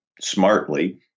smartly